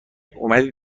اومدی